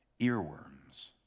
Earworms